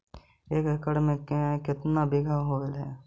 एक एकड़ में केतना बिघा होब हइ?